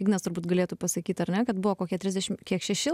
ignas turbūt galėtų pasakyt ar ne kad buvo kokie trisdešim kiek šeši